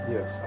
Yes